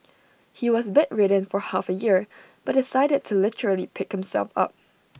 he was bedridden for half A year but decided to literally pick himself up